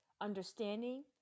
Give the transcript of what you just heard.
understanding